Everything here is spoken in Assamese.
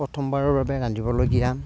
প্ৰথমবাৰৰ বাবে ৰান্ধিবলগীয়া